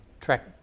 track